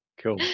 Cool